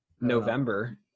november